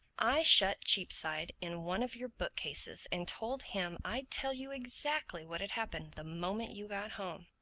i shut cheapside in one of your book-cases and told him i'd tell you exactly what had happened the moment you got home.